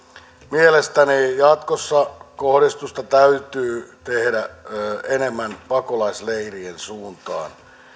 mielestäni jatkossa kohdistusta täytyy tehdä enemmän pakolaisleirien suuntaan